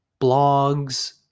blogs